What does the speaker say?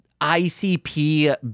icp